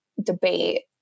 debate